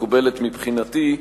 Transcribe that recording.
מקובלת מבחינתי,